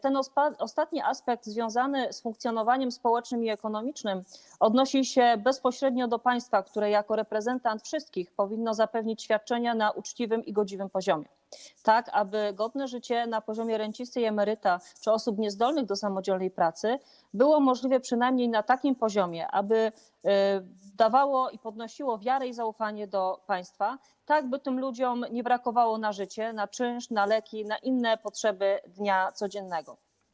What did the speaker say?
Ten ostatni aspekt związany z funkcjonowaniem społecznym i ekonomicznym odnosi się bezpośrednio do państwa, które jako reprezentant wszystkich powinno zapewnić świadczenia na uczciwym i godziwym poziomie, tak aby godne życie w przypadku rencisty i emeryta czy osób niezdolnych do samodzielnej pracy było możliwe przynajmniej na takim poziomie, by dawało i podnosiło wiarę i zaufanie do państwa, tak by tym ludziom nie brakowało na życie, na czynsz, na leki, na inne potrzeby dnia codziennego.